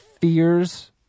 fears